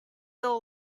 all